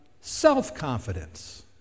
self-confidence